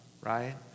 right